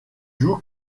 joue